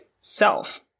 self